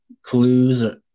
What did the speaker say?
Clues